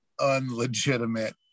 unlegitimate